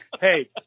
hey